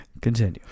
Continue